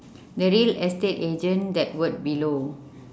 the real estate agent that word below